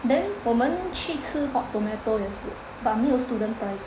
then 我们去吃 Hot Tomato 也是 but 没有 student price